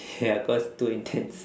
ya cause too intense